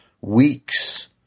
weeks